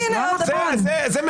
דבר